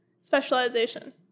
specialization